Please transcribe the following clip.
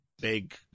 big